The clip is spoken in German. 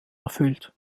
erfüllt